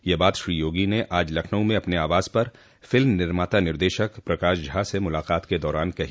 यह बात श्री योगी ने आज लखनऊ में अपने आवास पर फिल्म निर्माता निर्देशक प्रकाश झा से मुलाकात के दौरान कही